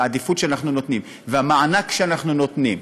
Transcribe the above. והעדיפות שאנחנו נותנים והמענק שאנחנו נותנים,